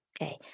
Okay